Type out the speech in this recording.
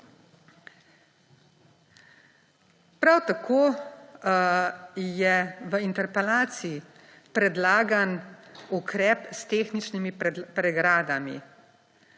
Prav tako je v interpelaciji predlagan ukrep s tehničnimi pregradami,